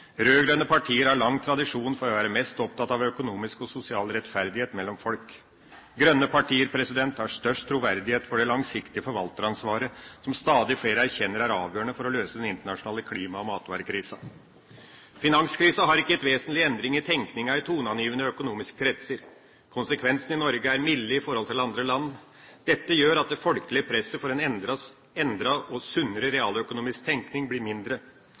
partier har lang tradisjon for å være mest opptatt av økonomisk og sosial rettferdighet mellom folk. Grønne partier har størst troverdighet når det gjelder det langsiktige forvalteransvaret som stadig flere erkjenner er avgjørende for å løse den internasjonale klima- og matvarekrisen. Finanskrisen har ikke gitt vesentlige endringer i tenkningen i toneangivende økonomiske kretser. Konsekvensene i Norge er milde i forhold til i andre land. Dette gjør at det folkelige presset for en endret og sunnere realøkonomisk tenkning blir mindre.